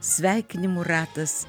sveikinimų ratas